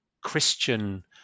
Christian